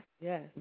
yes